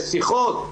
בשיחות,